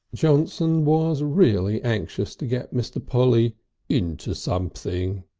johnson was really anxious to get mr. polly into something.